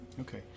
Okay